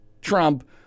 Trump